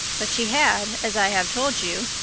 but she had, as i have told you,